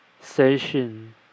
station